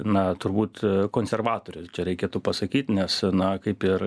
na turbūt konservatorių čia reikėtų pasakyt nes na kaip ir